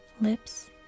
lips